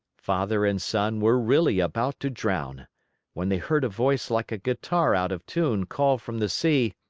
father and son were really about to drown when they heard a voice like a guitar out of tune call from the sea